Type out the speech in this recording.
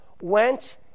went